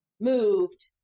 moved